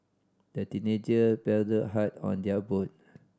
the teenager paddled hard on their boat